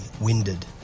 winded